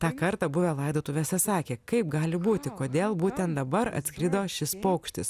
tą kartą buvę laidotuvėse sakė kaip gali būti kodėl būtent dabar atskrido šis paukštis